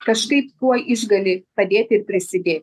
kažkaip kuo išgali padėti ir prisidė